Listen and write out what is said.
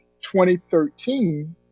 2013